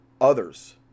others